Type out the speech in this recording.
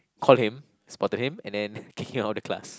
called him spotted him and then kicked him out of the class